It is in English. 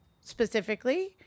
specifically